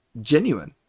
genuine